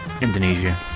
Indonesia